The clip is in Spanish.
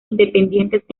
independientes